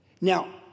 Now